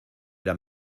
era